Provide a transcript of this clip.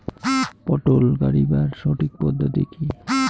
পটল গারিবার সঠিক পদ্ধতি কি?